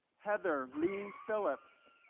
heather leah phillips